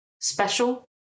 special